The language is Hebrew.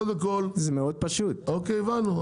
אז הבנו,